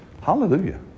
Hallelujah